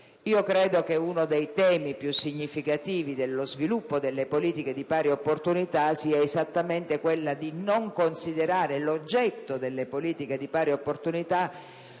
Io credo che uno dei temi più significativi dello sviluppo delle politiche di pari opportunità sia esattamente quello di non considerare l'oggetto di tali politiche come un oggetto